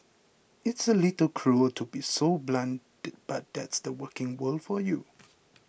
it's a little cruel to be so blunt but that's the working world for you